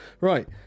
Right